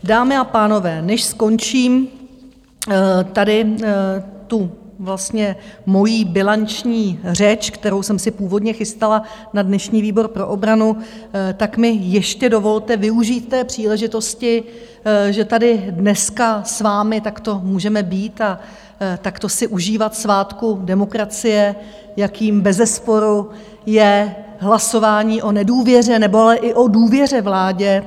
Dámy a pánové, než skončím tady tu vlastně moji bilanční řeč, kterou jsem si původně chystala na dnešní výbor pro obranu, tak mi ještě dovolte využít té příležitosti, že tady dneska s vámi takto můžeme být a takto si užívat svátku demokracie, jakým bezesporu je hlasování o nedůvěře nebo i o důvěře vládě.